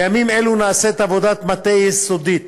בימים אלו נעשית עבודת מטה יסודית